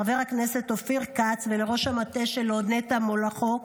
חבר הכנסת אופיר כץ ולראש המטה שלו נטע מולכו.